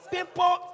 People